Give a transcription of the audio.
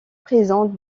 présente